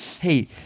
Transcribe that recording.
hey